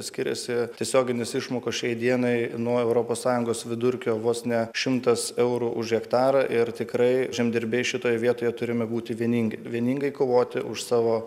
skiriasi tiesioginės išmokos šiai dienai nuo europos sąjungos vidurkio vos ne šimtas eurų už hektarą ir tikrai žemdirbiai šitoje vietoje turime būti vieningi vieningai kovoti už savo